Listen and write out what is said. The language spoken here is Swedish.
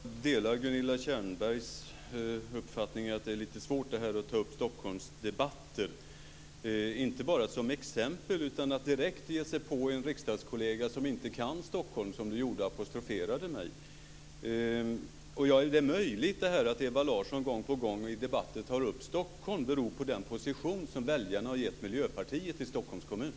Herr talman! Jag delar Gunilla Tjernbergs uppfattning att det är lite svårt att ta upp Stockholmsdebatten, inte bara som exempel, utan att direkt ge sig på en riksdagskollega som inte kan Stockholm, som Ewa Larsson gjorde när hon apostroferade mig. Är det möjligen så att det faktum att Ewa Larsson gång på gång i debatten tar upp Stockholm beror på den position som väljarna har gett Miljöpartiet i Stockholms kommun?